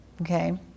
Okay